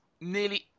nearly